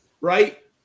right